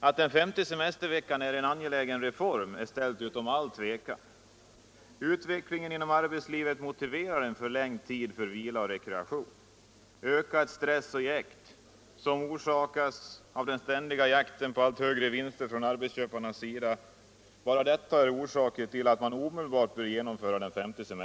Att den femte semesterveckan är en angelägen reform är ställt utom allt tvivel. Utvecklingen inom arbetslivet motiverar en förlängd tid för vila och rekreation. Ökad stress och jäkt, orsakad av arbetsköparnas ständiga jakt på allt högre vinster, medför att den femte semesterveckan omedelbart bör genomföras.